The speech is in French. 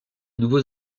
nouveaux